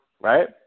right